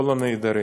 כל הנעדרים.